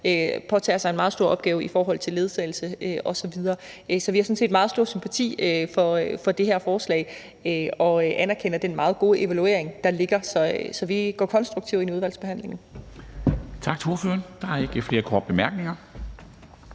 påtager sig en meget stor opgave i forhold til ledsagelse osv. Så vi har sådan set meget stor sympati for det her forslag og anerkender den meget gode evaluering, der ligger. Så vi går konstruktivt ind i udvalgsbehandlingen.